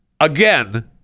again